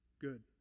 good